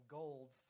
gold